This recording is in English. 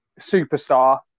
superstar